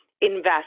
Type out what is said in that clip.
invest